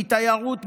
מתיירות,